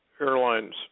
airlines